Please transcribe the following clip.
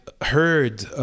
heard